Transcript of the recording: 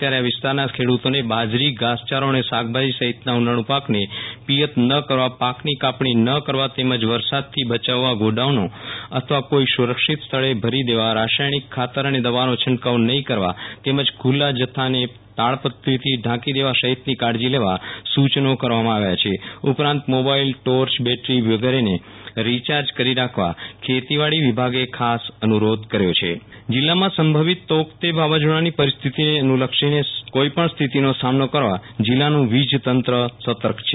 ત્યારે આ વિસ્તારના ખેડુતોને બાજરી ધાસયારો અને શાકભાજી સહિતના ઉનાળુ પાકને પિયત ન કરવા પાકની કાપણી ન કરવા તેમજ વરસાદ થી બચાવવા ગોડાઉન અથવા કોઈ સુ રક્ષિત સ્થળે ભરી દેવા રાસાયણિક ખાતર અને દવાનો છંટકાવ નહી કરવા તેમજ ખુલ્લા જથ્થાનને તાડપત્રીથી ઢાંકી દેવા સહિતની કાળજી લેવા સુ ચનો કરવામાં આવ્યા છે ઉપરાંત મોબાઈલ ટોર્ચ બેટરી વગેરેને રિચાર્જ કરી રાખવા ખેતીવાડી વિભાગે ખાસ અનુ રોધ કર્યો છે વિરલ રાણા ભુ જ ગેટકો પુ ર્વ તૈયારી જિલ્લામાં સંભવિત તૌકતે વાવાઝોડાની પરિસ્થીતિને અનુલક્ષીને સંભવિત કોઈપણ સ્થીતિનો સામનો કરવા જિલ્લાનું વીજ તંત્ર સતર્ક છે